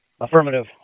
Affirmative